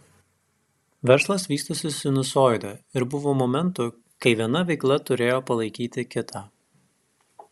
verslas vystosi sinusoide ir buvo momentų kai viena veikla turėjo palaikyti kitą